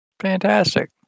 Fantastic